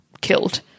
killed